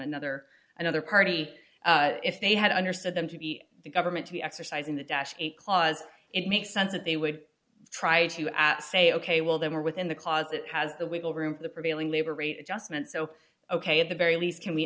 another another party if they had understood them to be the government to be exercising the dash eight clause it makes sense that they would try to say ok well they were within the closet has the wiggle room for the prevailing labor rate adjustment so ok at the very least can we